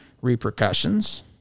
repercussions